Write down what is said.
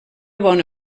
bona